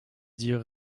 dire